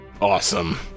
Awesome